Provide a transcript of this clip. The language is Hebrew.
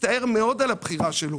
יצטער מאוד על הבחירה שלו.